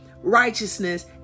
righteousness